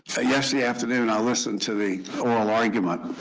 yesterday afternoon, i listened to the oral argument,